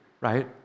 right